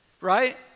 Right